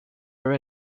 never